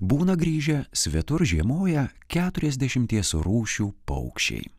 būna grįžę svetur žiemoję keturiasdešimties rūšių paukščiai